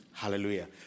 Hallelujah